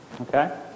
Okay